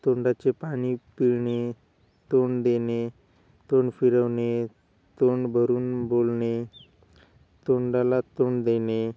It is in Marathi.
तोंडाचे पाणी फिरणे तोंड देणे तोंड फिरवणे तोंड भरून बोलणे तोंडाला तोंड देणे